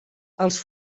els